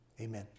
Amen